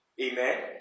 Amen